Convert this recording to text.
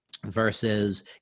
versus